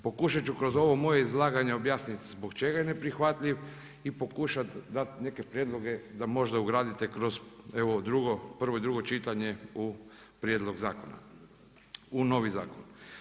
Pokušat ću kroz ovo moje izlaganje objasnit zbog čega je neprihvatljiv i pokušat dati neke prijedloge da možda ugradite kroz evo drugo, prvo i drugo čitanje u prijedlog zakona, u novi zakon.